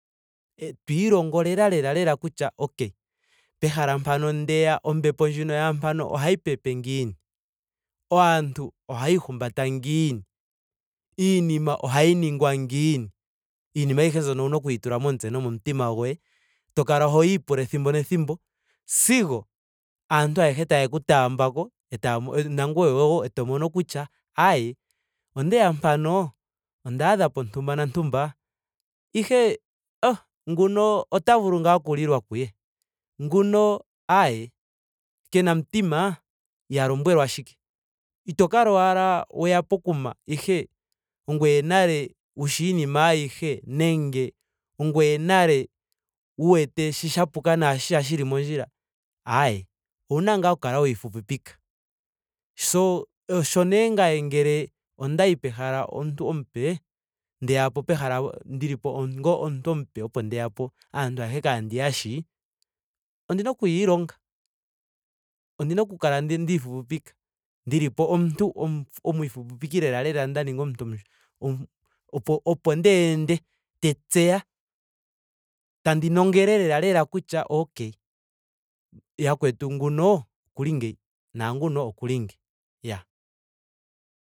To ilongo lela lela kutya okuya pehala mpano ndeya ombepo ndjino yaampano ohayi pepe ngiini. Aantu ohaya ihumbata ngiini. iinima ohayi ningwa ngiini. iinima ayihe mbyono owuna okuyi tula momutse nomomutima goye. yo kala hoyi ipula ethimbo nethimbo. sigo aantu ayehe tayeku taamba ko. etaya. nangoye wo eto mono kutya aaye. ondeya mpano. ondaadhapo ntumba nantumba. ihe oh nguno ota vulu ngaa oku lilwa kuye. nguno ayee kena omutima. iha lombwelwa shike. Ito kala owala weya pokuma ihe ongoye nale wushi iinima ayihe. nenge ongoye nale wu wete shi sha puka naashi shaali mondjila. Aeey owuna ngaa oku kala wa ifupipika. So osho nee ngame ngele ondayi pehala omuntu omupe. ndeyapo pehala ndili po onga omuntu omupe opo ndeya po. aantu ayehe kaandi ya shi. ondina okuya ilonga. Ondina oku kala nda ifupipika. ndilipo omuntu omu ifupipiki lela lela nda ninga omuntu omufupi opo ndi ende te tseya. tandi nongele lela lela kutya okay yakwetu nguno okuli ngeyi. naanguno okuli nge. Iya